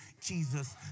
Jesus